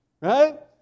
right